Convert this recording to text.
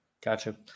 Gotcha